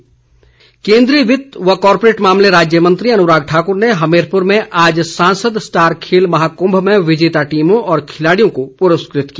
अनुराग ठाकुर केन्द्रीय वित्त व कॉरपोरेट मामले राज्य मंत्री अनुराग ठाक्र ने हमीरप्र में आज सांसद स्टार खेल महाकुम्भ में विजेता टीमों और खिलाड़ियों को पुरस्कृत किया